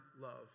love